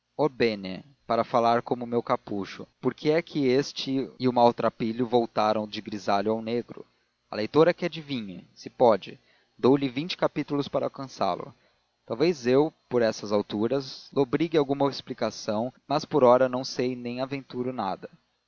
para falar como o meu capucho por que é que este e o maltrapilho voltaram do grisalho ao negro a leitora que adivinhe se pode dou-lhe vinte capítulos para alcançá lo talvez eu por essas alturas lobrigue alguma explicação mas por ora não sei nem aventuro nada